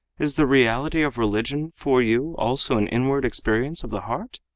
is the reality of religion for you also an inward experience of the heart?